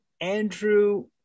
Andrew